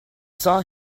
saw